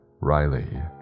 Riley